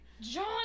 John